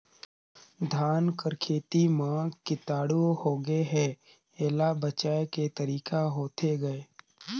धान कर खेती म कीटाणु होगे हे एला बचाय के तरीका होथे गए?